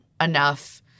enough –